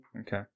Okay